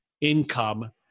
income